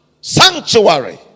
sanctuary